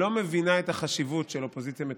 אינה מבינה את החשיבות של אופוזיציה מתפקדת.